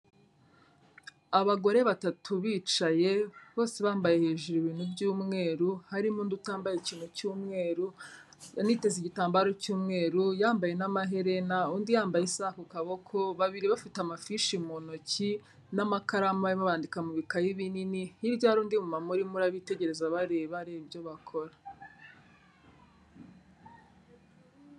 Abagore batatu bicaye, bose bambaye hejuru ibintu by'umweru, harimo undi utambaye ikintu cy'umweru, aniteze igitambaro cy'umweru, yambaye n'amaherena, undi yambaye isaha ku kaboko, babiri bafite amafishi mu ntoki n'amakaramu barimo barandika mu bikayi binini, hirya hari undi mumuma urimo abitegereza abareba, areba ibyo bakora.